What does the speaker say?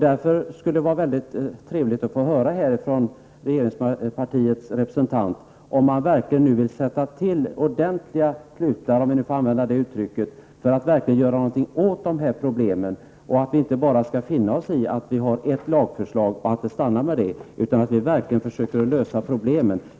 Det skulle därför vara trevligt att få höra från regeringspartiets representant om han verkligen vill sätta till alla klutar, för att uttrycka det så, för att göra någonting åt dessa problem. Vi skall väl inte finna oss i att det nu finns ett lagförslag och låta det stanna vid det, utan vi skall verkligen försöka lösa problemen.